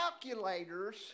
calculators